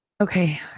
okay